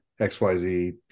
XYZ